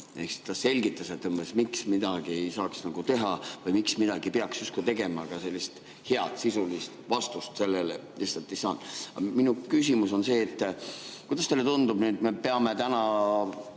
Ta selgitas umbes, miks midagi ei saaks nagu teha või miks midagi peaks justkui tegema, aga head sisulist vastust sellele lihtsalt ei saanud. Minu küsimus on see. Kuidas teile tundub? Me peame täna